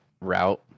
route